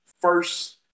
first